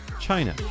China